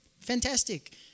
fantastic